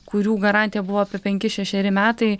kurių garantija buvo apie penki šešeri metai